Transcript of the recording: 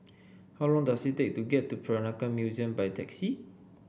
how long does it take to get to Peranakan Museum by taxi